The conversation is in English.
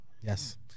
Yes